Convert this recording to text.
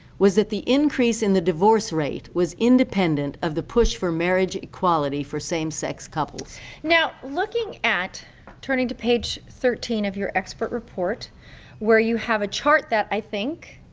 was that the increase in the divorce rate was independent of the push for marriage equality for same-sex now, looking at turning to page thirteen of your expert report where you have a chart that, i think,